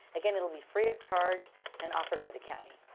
again, it'll be free of charge and offered by the county.